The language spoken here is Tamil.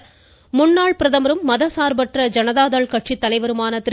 ழன்னாள் பிரதமரும் மதசார்பற்ற ஐனதாதள் கட்சித்தலைவருமான திரு